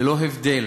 ללא הבדל